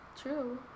True